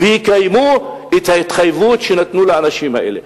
ויקיימו את ההתחייבות שנתנו לאנשים האלה.